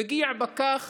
מגיע פקח